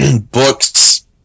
books